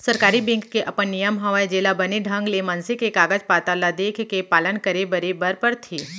सरकारी बेंक के अपन नियम हवय जेला बने ढंग ले मनसे के कागज पातर ल देखके पालन करे बरे बर परथे